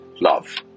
love